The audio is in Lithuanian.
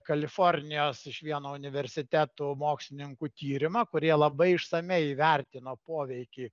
kalifornijos iš vieno universitetų mokslininkų tyrimą kurie labai išsamiai įvertino poveikį